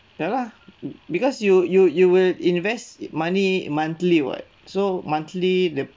ya lah because you you you will invest money monthly what so monthly the